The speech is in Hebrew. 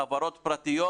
הם רשומים כחברות פרטיות?